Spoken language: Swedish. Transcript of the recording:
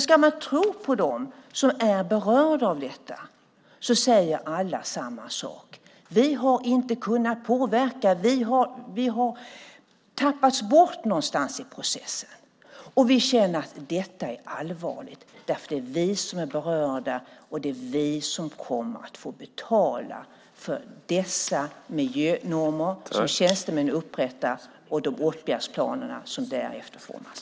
Ska man tro på dem som är berörda av detta? Alla säger de samma sak: Vi har inte kunnat påverka. Vi har tappats bort någonstans i processen. Vi känner att detta är allvarligt. Det är vi som är berörda, och det är vi som kommer att få betala för dessa miljönormer som tjänstemännen upprättar och de åtgärdsplaner som därefter formas.